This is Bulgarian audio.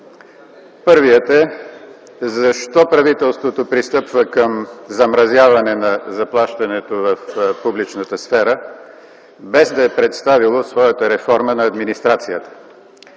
въпрос е защо правителството пристъпва към замразяване на заплащането в публичната сфера, без да е представило своята реформа на администрация?